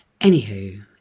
Anywho